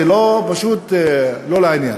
זה פשוט לא לעניין.